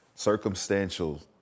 Circumstantial